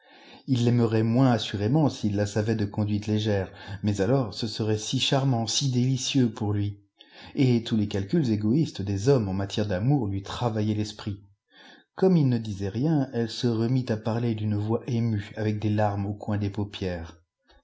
il l'aimerait moins assurément s'il la savait de conduite légère mais alors ce serait si charmant si délicieux pour lui et tous les calculs égoïstes des hommes en matière d'amour lui travaillaient l'esprit comme il ne disait rien elle se remit à parler d'une voix émue avec des larmes au coin des paupières